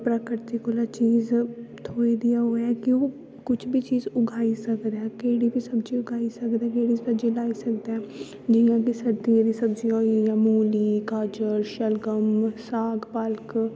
प्रकृति कोला चीज थ्होई दी होऐ कि ओह् कुछ बी चीज उगाई सकदा ऐ केह्ड़ी बी सब्जी उगाई सकदा ऐ केह्ड़ी बी सब्जी लाई सकदा ऐ जि'यां कि सर्दियें दी सब्जियां होई गेइयां मूली गाजर शलगम साग पालक